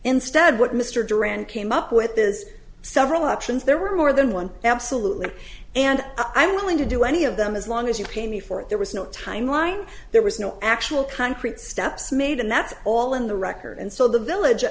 instead what mr duran came up with is several options there were more than once absolutely and i'm willing to do any of them as long as you pay me for it there was no timeline there was no actual concrete steps made and that's all in the record and so the village